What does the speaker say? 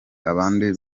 abandi